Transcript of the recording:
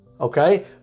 Okay